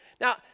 Now